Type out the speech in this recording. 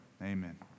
amen